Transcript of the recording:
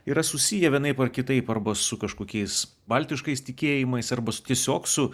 yra susiję vienaip ar kitaip arba su kažkokiais baltiškais tikėjimais arba tiesiog su